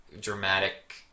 dramatic